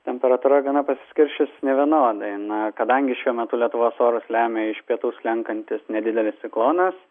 temperatūra gana pasiskirsčius nevienodai na kadangi šiuo metu lietuvos orus lemia iš pietų slenkantis nedidelis ciklonas